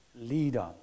leader